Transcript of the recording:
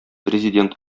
президент